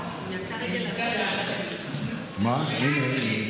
הינה, הגיע.